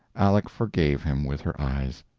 aleck forgave him with her eyes.